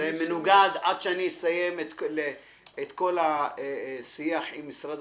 עד שאני אסיים את כל השיח שלי עם משרד